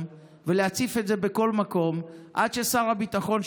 ולהציף את זה בכל מקום עד ששר הביטחון,